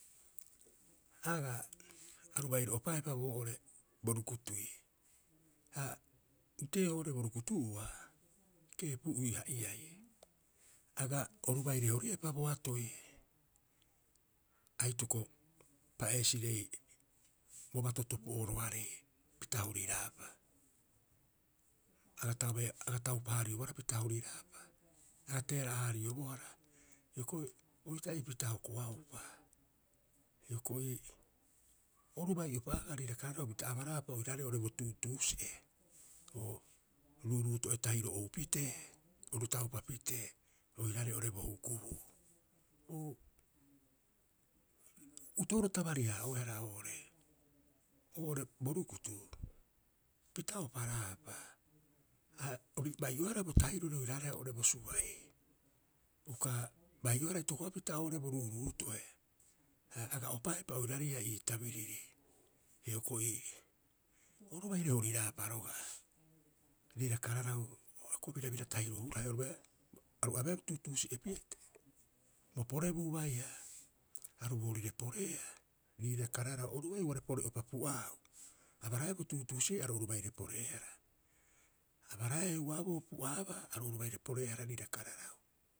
Agaa, aru baire opaepa boo'ore bo rukutui. Ha uteeo oo'ore bo rukutu'ua, Keepu'uiha'iai. Aga oru baire horiepa bo atoi, aitoko pa'eesire bo batotopo'oroarei pita horiraapa. Aga tabe- aga taupa- haariobohara pita horiraapa, aga teera'a- haariobohara. Hioko'i oita'ipita hokoaupa. Hioko'i, oru bai'uropa agaa riira kararau pita abaraapa oiraarei oo'ore bo tuutuusi'e oo ruuruuto'e tahiro ou pitee, oru taupa pitee oiraarei oo'ore bo hukubuu. Oo uto'oro tabari- haa'oehara oo'ore, oo'ore bo rukutu pita oparaapa. Ha bai'oehara bo tahirori oiraareha oo'ore bo suba'i, uka, bai'oehara itokopapita oo'ore bo ruuruuto'e. Ha aga opaepa oiraarei ii tabiriri. Hioko'i oru baire horiraapa roga'a riira kararau akuku birabira tahiro hurahe. Aru abeea tuutuusi'e pitee, bo porebuu haia. Aru boorire poreea riira kararau. Oru oira uare pore'upa pu'aau. Abaraeea bo tuutuusi'ei aru oru baire poreehara. Abaraeea heuaaboo pu'aabaa aru oru baire poreehara riira kararau.